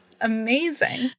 amazing